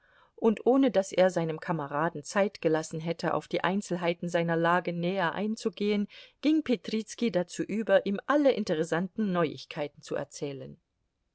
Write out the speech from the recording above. und ohne daß er seinem kameraden zeit gelassen hätte auf die einzelheiten seiner lage näher einzugehen ging petrizki dazu über ihm alle interessanten neuigkeiten zu erzählen